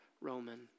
Roman